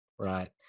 Right